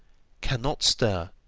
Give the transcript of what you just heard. cannot stir,